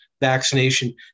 vaccination